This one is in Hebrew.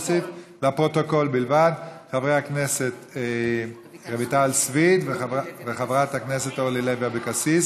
לפרוטוקול בלבד: חברת הכנסת רויטל סויד וחברת הכנסת אורלי לוי אבקסיס